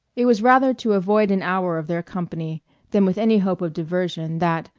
it was rather to avoid an hour of their company than with any hope of diversion that,